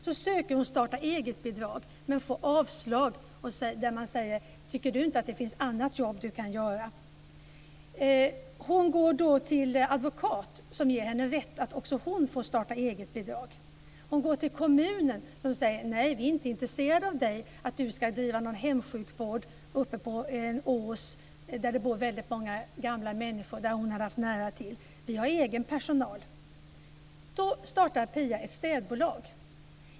Så söker hon starta-eget-bidrag men får avslag. Man säger: Tycker du inte att det finns något annat jobb du kan göra? Då går hon till en advokat som ger henne rätt att också hon bör få starta-eget-bidrag. Hon går till kommunen som säger att de inte är intresserade av att hon ska bedriva någon hemsjukvård uppe på en ås där det bor väldigt många gamla människor som hon har nära till. De har egen personal. Då startar Eva ett städbolag.